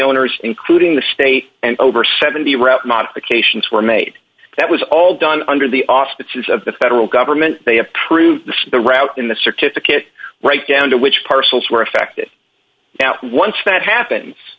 owners including the state and over seventy route modifications were made that was all done under the auspices of the federal government they approved the route in the certificate right down to which parcels were affected now once that happens